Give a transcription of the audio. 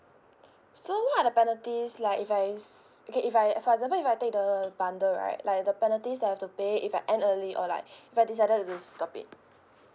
so what are the penalty like if I s~ okay if I if I for example I take the bundle right like the penalties that I have to pay if I end early or like if I decided to stop it